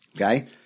okay